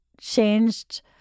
changed